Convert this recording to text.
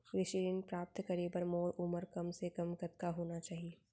कृषि ऋण प्राप्त करे बर मोर उमर कम से कम कतका होना चाहि?